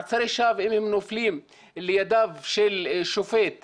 במעצרי שווא, אם הם נופלים לידיו של שופט שמחמיר,